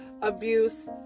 Abuse